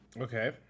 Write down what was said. Okay